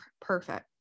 perfect